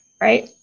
right